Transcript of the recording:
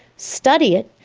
study it,